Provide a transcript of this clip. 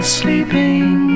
sleeping